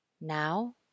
Now